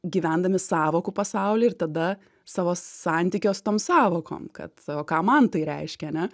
gyvendami sąvokų pasauly ir tada savo santykio su tom sąvokom kad o ką man tai reiškia ane